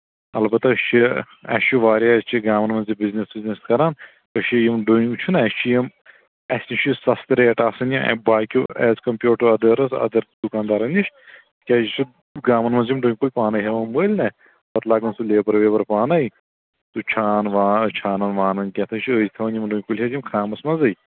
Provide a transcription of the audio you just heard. اَلبتہ أسۍ چھِ اَسہِ چھُ واریاہ أسۍ چھِ گامَن منٛز تہِ بِزنِس وِزنِس کران أسۍ چھِ یِم ڈُنۍ وُنۍ چھِ نہ اَسہِ چھِ یِم اَسہِ تہِ چھِ یہِ سَستہٕ ریٹ آسان یا باقِیو as compared to others other دُکاندارَن نِش کیٛازِ یہِ چھِ گامَن منٛز یِم ڈُنۍ کُلۍ پانَے ہٮ۪وان مٔلۍ نہ پَتہٕ لَگان سُہ لیبَر ویبَر پانَے سُہ چھان وا چھانَن وانَن کیٛاہ چھِ تھاوان یِم ڈُنۍ کُلۍ حظ یِم خامَس منٛزٕے